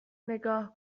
نگاه